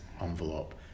envelope